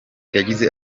yagize